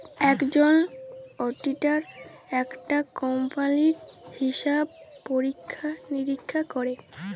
একজল অডিটার একটা কম্পালির হিসাব পরীক্ষা লিরীক্ষা ক্যরে